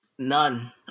None